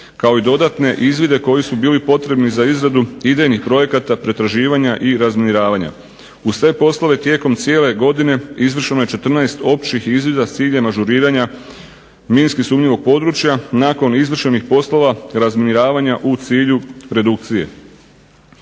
kao i dodatne izvide koji su bili potrebni za izradu idejnih projekata, pretraživanja i razminiravanja. Uz te poslove tijekom cijele godine izvršeno je 14 općih izvida s ciljem ažuriranja minski sumnjivog područja nakon izvršenih poslova razminiravanja u cilju redukcije.